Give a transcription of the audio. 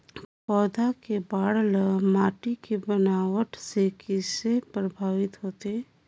पौधा के बाढ़ ल माटी के बनावट से किसे प्रभावित होथे?